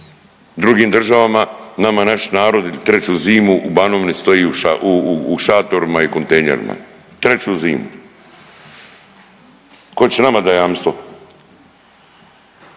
drugim državama, nama naš narod treću zimu u Banovini stoji u šatorima i u kontejnerima, treću zimu, ko će nama dat jamstvo?